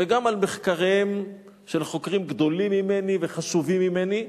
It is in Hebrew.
וגם על מחקריהם של חוקרים גדולים ממני וחשובים ממני.